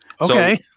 Okay